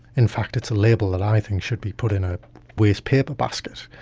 in fact it's a label that i think should be put in a wastepaper basket.